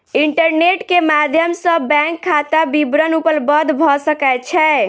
internet के माध्यम सॅ बैंक खाता विवरण उपलब्ध भ सकै छै